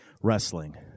wrestling